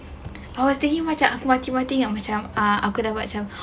I was thinking macam aku mati-mati yang macam ah aku buat macam